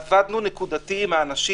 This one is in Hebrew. ועבדנו נקודתית עם האנשים,